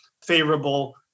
favorable